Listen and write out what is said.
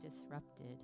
disrupted